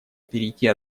перейти